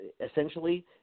essentially